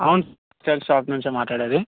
అవును textiles shop నుంచే మాట్లాడేది